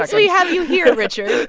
like we have you here, richard.